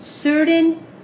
certain